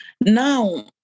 Now